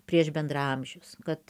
prieš bendraamžius kad